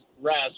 rest